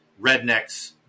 rednecks